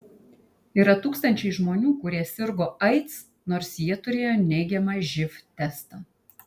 yra tūkstančiai žmonių kurie sirgo aids nors jie turėjo neigiamą živ testą